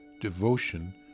devotion